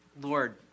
Lord